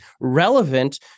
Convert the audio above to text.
relevant